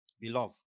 Beloved